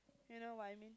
you know what I mean